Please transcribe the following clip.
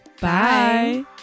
Bye